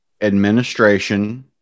administration